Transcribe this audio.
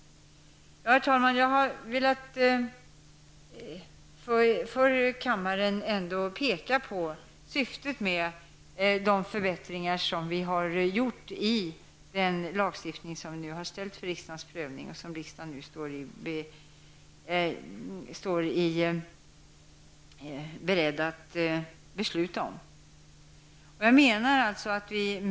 Herr talman! Jag har för kammaren ändå velat peka på syftet med de förbättringar som vi har föreslagit i den lagstiftning som vi nu har lagt fram för riksdagens prövning och som riksdagen nu står beredd att fatta beslut om.